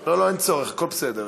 לא לא, אין צורך, הכול בסדר.